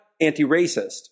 anti-racist